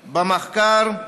במחקר,